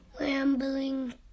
Rambling